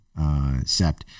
sept